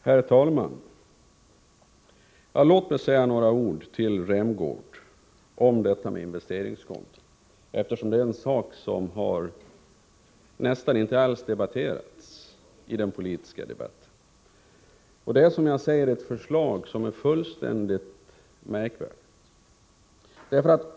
Herr talman! Låt mig säga några ord till Rolf Rämgård om förslaget om investeringskonton, eftersom det är en sak som nästan inte alls har diskuterats i den politiska debatten. Det är ett mycket märkvärdigt förslag.